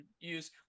use